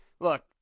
look